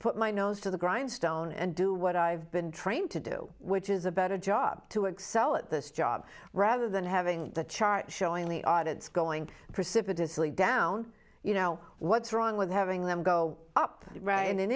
put my nose to the grindstone and do what i've been trained to do which is a better job to excel at this job rather than having the chart showing the audience going precipitously down you know what's wrong with having them go up